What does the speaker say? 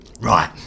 Right